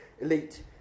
elite